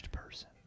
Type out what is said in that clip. person